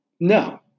No